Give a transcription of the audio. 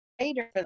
later